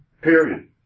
period